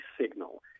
signal